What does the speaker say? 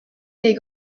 les